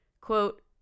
quote